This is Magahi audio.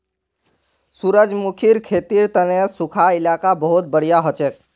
सूरजमुखीर खेतीर तने सुखा इलाका बहुत बढ़िया हछेक